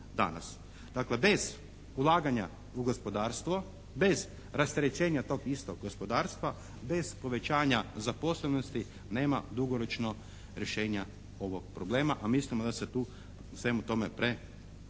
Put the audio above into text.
Dakle, bez ulaganja u gospodarstvo, bez rasterećenja tog istog gospodarstva, bez povećanja zaposlenosti nema dugoročno rješenja ovog problema, a mislimo da se tu u svemu tome premalo